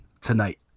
tonight